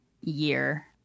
year